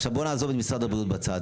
עכשיו בואו נעזוב את משרד הבריאות בצד,